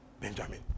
Benjamin